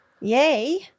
Yay